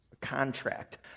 contract